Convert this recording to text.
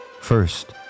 first